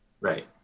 right